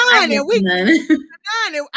none